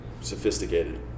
sophisticated